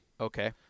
Okay